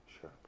sure